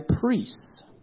priests